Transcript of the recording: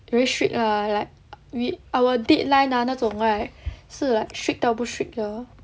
very strict lah like we our deadline ah 那种 right 是 like strict 到不 strict 的